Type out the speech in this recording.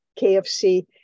KFC